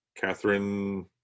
Catherine